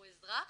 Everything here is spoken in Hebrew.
הוא אזרח